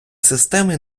системи